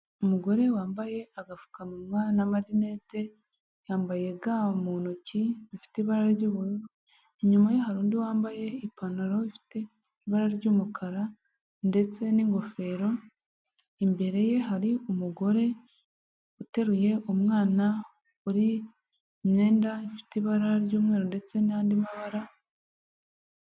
Umugore wambaye agapfukamunwa n'amarinete, yambaye ga mu ntoki zifite ibara ry'ubururu, inyuma ye hari undi wambaye ipantaro ifite ibara ry'umukara ndetse n'ingofero, imbere ye hari umugore uteruye umwana uri mu myenda ifite ibara ry'umweru ndetse n'andi mabara.